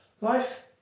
Life